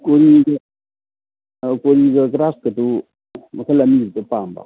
ꯀꯣꯔꯤꯗꯨ ꯀꯣꯔꯤꯒ ꯒ꯭ꯔꯥꯏꯁꯀꯗꯨ ꯃꯈꯜ ꯑꯅꯤꯈꯛꯇ ꯄꯥꯝꯕ